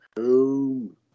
home